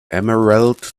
emerald